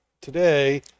today